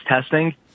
testing